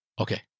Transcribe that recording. okay